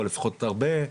או לפחות הרבה.